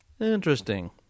interesting